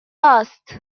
است